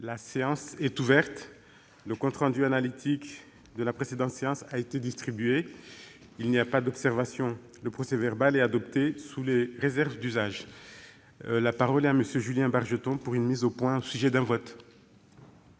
La séance est ouverte. Le compte rendu analytique de la précédente séance a été distribué. Il n'y a pas d'observation ?... Le procès-verbal est adopté sous les réserves d'usage. La parole est à M. Julien Bargeton. Monsieur le président,